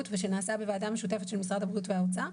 ושנעשה בוועדה משותפת של משרד הבריאות ומשרד האוצר,